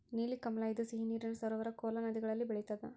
ನೀಲಕಮಲ ಇದು ಸಿಹಿ ನೀರಿನ ಸರೋವರ ಕೋಲಾ ನದಿಗಳಲ್ಲಿ ಬೆಳಿತಾದ